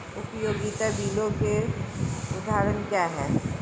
उपयोगिता बिलों के उदाहरण क्या हैं?